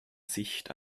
sicht